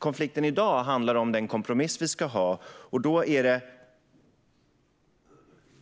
Konflikten i dag handlar om den kompromiss vi ska ha: